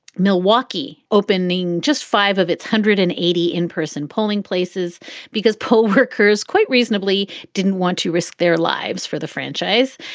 milwaukee opening just five of its one hundred and eighty in-person polling places because poll workers, quite reasonably, didn't want to risk their lives for the franchise.